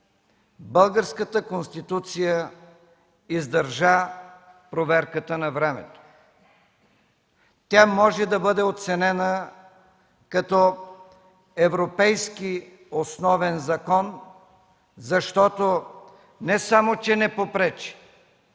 Българската конституция издържа проверката на времето. Тя може да бъде оценена като европейски основен закон, защото не само че не попречи,